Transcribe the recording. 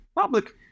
public